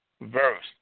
verse